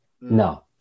no